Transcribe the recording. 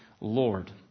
Lord